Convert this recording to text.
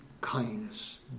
kindness